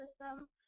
system